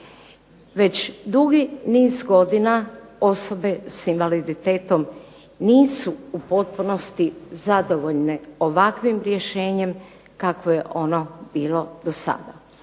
Već dugi niz godina osobe s invaliditetom nisu u potpunosti zadovoljne ovakvim rješenjem kakvo je ono bilo dosada,